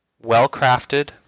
well-crafted